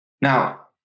Now